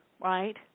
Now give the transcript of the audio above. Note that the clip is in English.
right